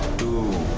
to